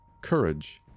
courage